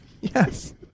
Yes